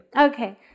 Okay